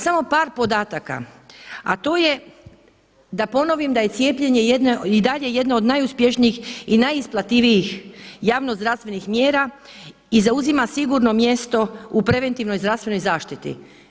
Samo par podataka, a to je da ponovim da je cijepljenje i dalje jedna od najuspješnijih i najisplativijih javno zdravstvenih mjera i zauzima sigurno mjesto u preventivnoj zdravstvenoj zaštiti.